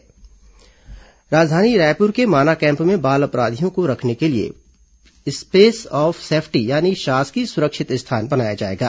place of safety राजधानी रायपुर के Mana camp में बाल अपराधियों को रखने के लिए प्लेस ऑफ सेफ्टी यानी शासकीय सुरक्षित स्थान बनाया जाएगा